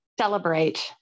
celebrate